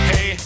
Hey